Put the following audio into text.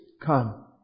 come